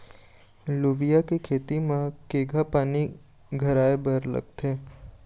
लोबिया के खेती म केघा पानी धराएबर लागथे?